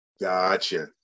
Gotcha